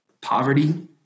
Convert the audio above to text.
poverty